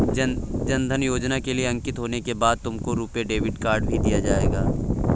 जन धन योजना के लिए अंकित होने के बाद तुमको रुपे डेबिट कार्ड भी दिया जाएगा